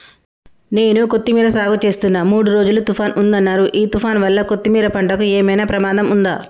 నేను కొత్తిమీర సాగుచేస్తున్న మూడు రోజులు తుఫాన్ ఉందన్నరు ఈ తుఫాన్ వల్ల కొత్తిమీర పంటకు ఏమైనా ప్రమాదం ఉందా?